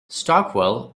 stockwell